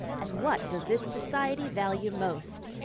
and what does this society value most?